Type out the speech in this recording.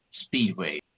speedway